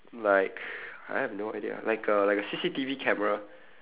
like I have no idea like a like a C_C_T_V camera